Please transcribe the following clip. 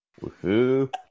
Woohoo